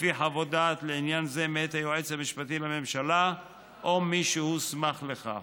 לפי חוות דעת לעניין זה מאת היועץ המשפטי לממשלה או מי שהוא הסמיך לכך.